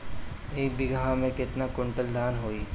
एक बीगहा में केतना कुंटल धान होई?